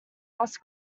lost